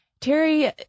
Terry